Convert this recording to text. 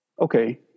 okay